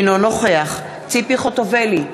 אינו נוכח ציפי חוטובלי,